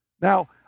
Now